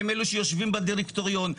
הם אלו שיושבים בדירקטוריון,